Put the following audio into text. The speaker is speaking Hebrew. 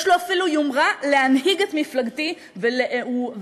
יש לו אפילו יומרה להנהיג את מפלגתי והצהרתו